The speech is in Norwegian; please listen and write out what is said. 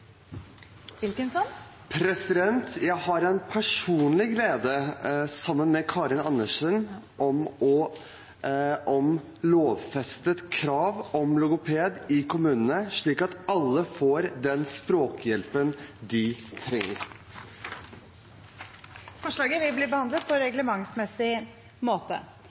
Wilkinson vil fremsette et representantforslag. Jeg har en personlig glede, sammen med Karin Andersen, av å fremme forslag om lovfestet krav om logoped i kommunene, slik at alle får den språkhjelpen de trenger. Forslaget vil bli behandlet på reglementsmessig måte.